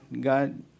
God